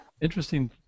Interesting